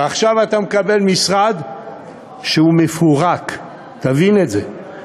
ועכשיו אתה מקבל משרד שהוא מפורק, תבין את זה.